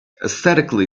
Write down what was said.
aesthetically